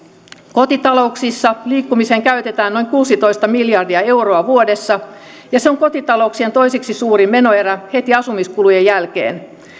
kotitalouksissa liikkumiseen käytetään noin kuusitoista miljardia euroa vuodessa ja se on kotitalouksien toiseksi suurin menoerä heti asumiskulujen jälkeen